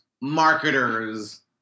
marketers